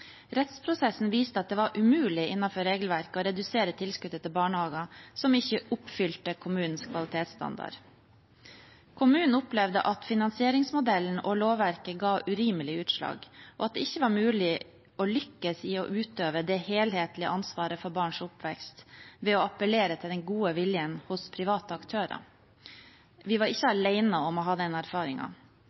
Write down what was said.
Rettsprosessen viste at det var umulig innenfor regelverket å redusere tilskuddet til barnehager som ikke oppfylte kommunens kvalitetsstandard. Kommunen opplevde at finansieringsmodellen og lovverket ga urimelige utslag, og at det ikke var mulig å lykkes i å utøve det helhetlige ansvaret for barns oppvekst ved å appellere til den gode viljen hos private aktører. Vi var ikke alene om å ha den